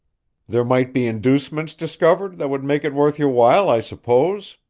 there might be inducements discovered that would make it worth your while, i suppose?